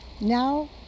now